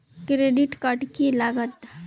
Credit card की लागत?